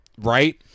right